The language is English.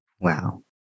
Wow